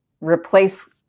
replace